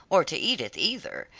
or to edith, either,